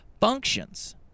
functions